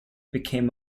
became